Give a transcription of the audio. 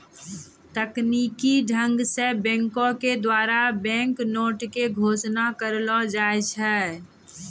तकनीकी ढंग से बैंक के द्वारा बैंक नोट के घोषणा करलो जाय छै